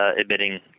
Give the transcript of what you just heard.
admitting